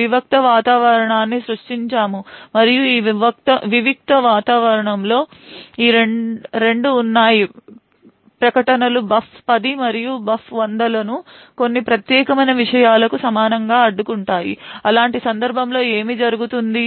వివిక్త వాతావరణాన్ని సృష్టించాము మరియు ఈ వివిక్త వాతావరణంలో ఈ రెండు ఉన్నాయి ప్రకటనలు బఫ్ 10 మరియు బఫ్ 100 లను కొన్ని ప్రత్యేకమైన విషయాలకు సమానంగా అడ్డుకుంటాయి అలాంటి సందర్భంలో ఏమి జరుగుతుంది